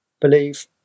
Believe